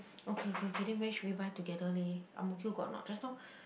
okay okay okay then where should we buy together leh Ang-Mo-Kio got or not just now